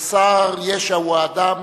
חסר ישע הוא האדם